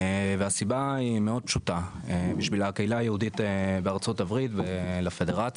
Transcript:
והסיבה היא מאוד פשוטה בשביל הקהילה היהודית בארצות הברית ולפדרציה,